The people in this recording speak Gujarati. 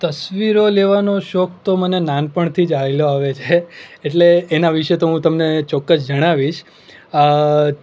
તસ્વીરો લેવાનો શોખ તો મને નાનપણથી જ હાયલો આવે છે એટલે એના વિશે તો હું તમને ચોક્કસ જણાવીશ